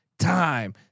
Time